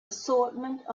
assortment